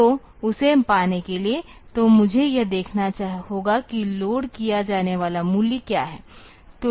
तो उसे पाने के लिए तो मुझे यह देखना होगा कि लोड किया जाने वाला मूल्य क्या है